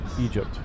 Egypt